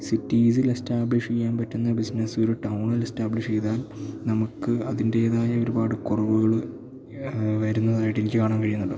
സിറ്റീസിൽ establish ചെയ്യാൻ പറ്റുന്ന business ഒരു ടൗണിൽ എസ്റ്റാബ്ലിഷ് ചെയ്താൽ നമുക്ക് അതിൻ്റേതായ ഒരുപാട് കുറവുകള് വരുന്നതായിട്ട് എനിക്കു കാണാൻ കഴിയുന്നുണ്ട്